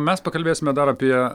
mes pakalbėsime dar apie